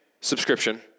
subscription